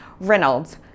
Reynolds